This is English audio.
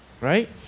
right